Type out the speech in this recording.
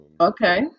Okay